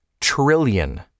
trillion